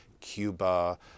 Cuba